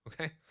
Okay